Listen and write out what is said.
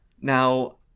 Now